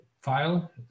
file